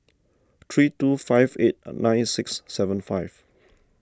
three two five eight nine six seven five